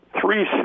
three